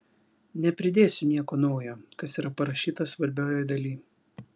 nepridėsiu nieko naujo kas yra parašyta svarbiojoj daly